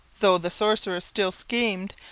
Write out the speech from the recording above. though the sorcerer still schemed,